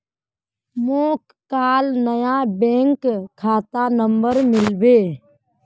मोक काल नया बैंक खाता नंबर मिलबे